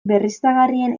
berriztagarrien